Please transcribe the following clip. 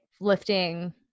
lifting